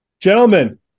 Gentlemen